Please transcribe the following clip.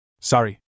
Sorry